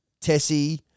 Tessie